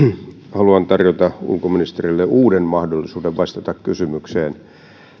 haluan tarjota ulkoministerille uuden mahdollisuuden vastata kysymykseen